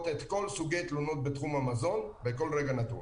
את כל סוגי תלונות בתחום המזון בכל רגע נתון,